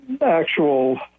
actual